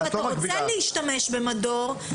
אם אתה רוצה להשתמש במדור,